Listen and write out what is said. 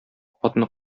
атны